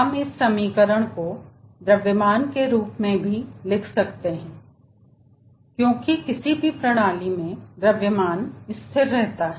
हम इस समीकरण को द्रव्यमान के रूप में भी लिख सकते हैं क्योंकि किसी भी प्रणाली में द्रव्यमान स्थिर रहता है